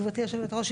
גבירתי יושבת הראש,